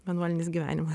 vienuolinis gyvenima